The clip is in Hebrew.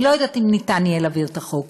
אני לא יודעת אם ניתן יהיה להעביר את החוק,